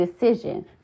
decision